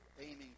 aiming